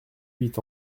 huit